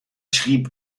schrieb